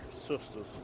sister's